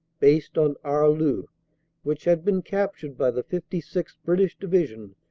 based on arleux, which had been captured by the fifty sixth. british division,